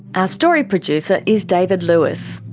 ah story producer is david lewis.